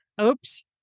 oops